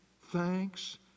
thanks